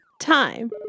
time